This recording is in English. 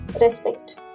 respect